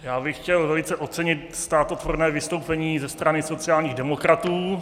Já bych chtěl velice ocenit státotvorné vystoupení ze strany sociálních demokratů.